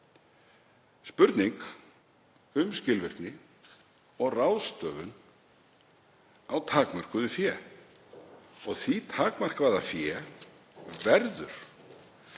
spurning um skilvirkni og ráðstöfun á takmörkuðu fé og því takmarkaða fé verður